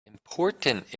important